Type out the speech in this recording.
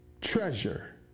treasure